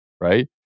right